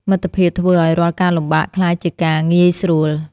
មិត្តភាពធ្វើឱ្យរាល់ការលំបាកក្លាយជាការងាយស្រួល។